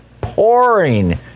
pouring